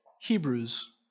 Hebrews